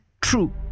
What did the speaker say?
true